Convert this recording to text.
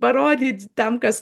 parodyt tam kas